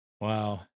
Wow